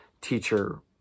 teacher